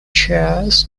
chairs